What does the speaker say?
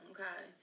Okay